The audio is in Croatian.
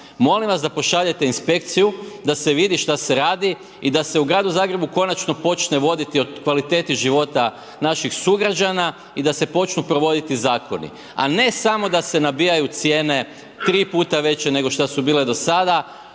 Molim vas da pošaljete inspekciju, da se vidi šta se radi i da se u gradu Zagrebu konačno počne voditi o kvaliteti života naših sugrađana i da se počnu provoditi zakoni. A ne samo da se nabijaju cijene 3. puta veće nego što su bile do sada